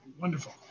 Wonderful